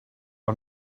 are